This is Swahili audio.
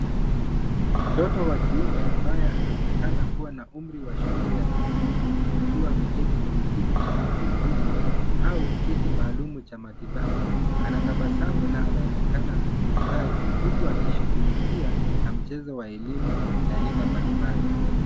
Mtoto wa kiume ambaye anaonekana kuwa na umri wa shule ya msingi, akiwa ameketi kwenye kiti cha magurudumu, au kiti maalumu cha matibabu, anatabasamu na anaonekana kufurahi, huku akishughulikia na mchezo wa elimu ya aina mbalimbali.